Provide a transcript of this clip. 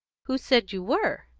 who said you were?